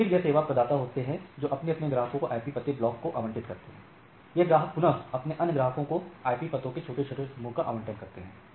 और फिर यहां सेवा प्रदाता होते हैं जो अपने अपने ग्राहकों को आईपी पते ब्लॉक को आवंटित करते हैं ये ग्राहक पुनः अपने अन्य ग्राहकों को आईपी पतों के छोटे छोटे समूहों का आवंटन करते हैं